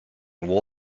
wall